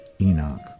Enoch